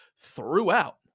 throughout